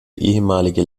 ehemalige